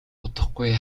удахгүй